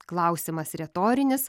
klausimas retorinis